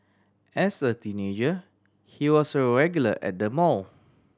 as a teenager he was a regular at the mall